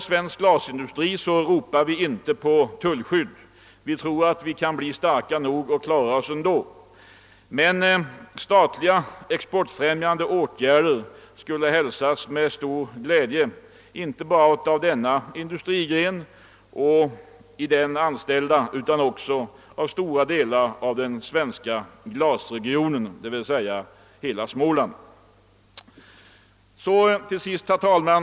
Svensk glasindustri ropar inte på tullskydd — vi tror att vi kan bli starka nog att klara oss ändå. Men statliga exportfrämjande åtgärder skulle hälsas med stor glädje, inte bara av denna industrigren och de i den anställda utan också av stora delar av den svenska glasregionen — dvs. hela Småland. Herr talman!